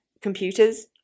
computers